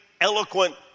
eloquent